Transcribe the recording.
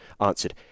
answered